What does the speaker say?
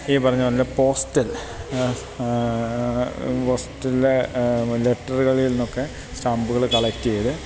ഈ പറഞ്ഞതുപോലെ തന്നെ പോസ്റ്റൽ പോസ്റ്റലിലെ ലെറ്ററുകളുകളിൽ നിന്നൊക്കെ സ്റ്റാമ്പുകള് കളക്റ്റ് ചെയ്ത്